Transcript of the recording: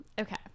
Okay